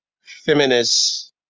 feminist